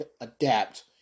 adapt